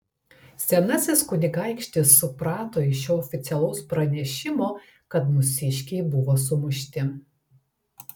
senasis kunigaikštis suprato iš šio oficialaus pranešimo kad mūsiškiai buvo sumušti